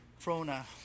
Frona